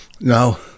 No